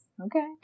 okay